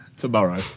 Tomorrow